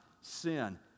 sin